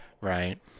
Right